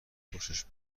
خوشش